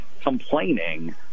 complaining